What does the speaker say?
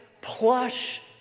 plush